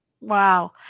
Wow